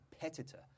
competitor